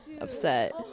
upset